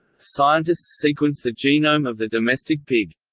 scientists sequence the genome of the domestic pig.